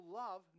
love